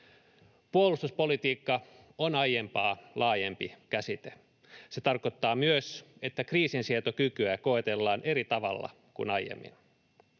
Puolustuspolitiikka on aiempaa laajempi käsite. Se tarkoittaa myös, että kriisinsietokykyä koetellaan eri tavalla kuin aiemmin.